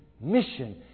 mission